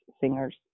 singers